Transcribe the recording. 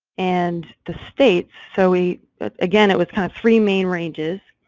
and the states, so we. again, it was kind of three main ranges.